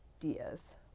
ideas